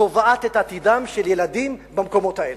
קובעת את עתידם של ילדים במקומות האלה.